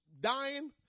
dying